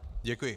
Děkuji.